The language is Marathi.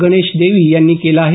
गणेश देवी यांनी केलं आहे